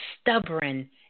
stubborn